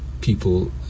people